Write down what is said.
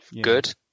good